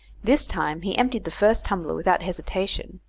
this time he emptied the first tumbler without hesitation,